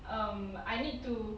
um I need to